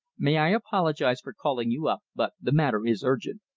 may i apologize for calling you up, but the matter is urgent.